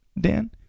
dan